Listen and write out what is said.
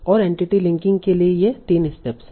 और entity linking के लिए ये तीन स्टेप्स हैं